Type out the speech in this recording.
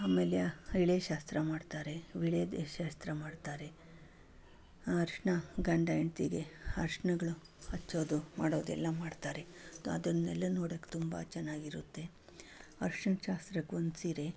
ಆಮೇಲೆ ಎಲೆ ಶಾಸ್ತ್ರ ಮಾಡ್ತಾರೆ ವೀಳ್ಯದ ಶಾಸ್ತ್ರ ಮಾಡ್ತಾರೆ ಅರಿಶಿನ ಗಂಡ ಹೆಂಡ್ತಿಗೆ ಅರಿಶಿಣಗಳು ಹಚ್ಚೋದು ಮಾಡೋದು ಎಲ್ಲ ಮಾಡ್ತಾರೆ ಅದನ್ನೆಲ್ಲ ನೋಡೋಕೆ ತುಂಬ ಚೆನ್ನಾಗಿರುತ್ತೆ ಅರ್ಶಿಣ ಶಾಸ್ತ್ರಕ್ಕೊಂದು ಸೀರೆ